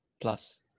plus